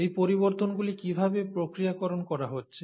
এই পরিবর্তনগুলি কিভাবে প্রক্রিয়াকরণ করা হচ্ছে